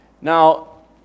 Now